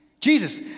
Jesus